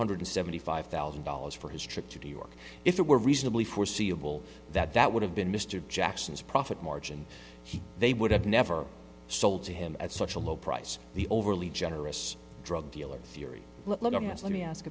hundred seventy five thousand dollars for his trip to new york if it were reasonably foreseeable that that would have been mr jackson's profit margin he they would have never sold to him at such a low price the overly generous drug dealer theory looking at let me ask